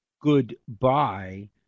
goodbye